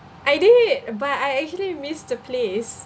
I did but I actually miss the place